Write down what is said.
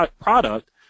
product